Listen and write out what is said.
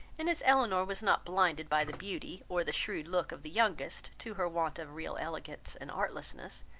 and as elinor was not blinded by the beauty, or the shrewd look of the youngest, to her want of real elegance and artlessness,